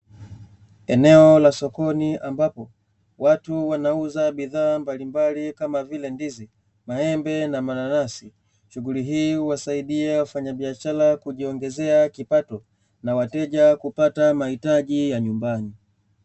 Eneo la sokoni, ambapo watu wanauza bidhaa mbalimbali kama vile; ndizi, maembe na mananasi. Shughuli hii huwasaidia wafanyabiashara kujiongezea kipato na wateja kupata mahitaji ya nyumbani.